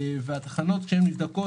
והתחנות כן נבדקות.